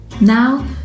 Now